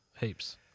Heaps